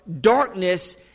darkness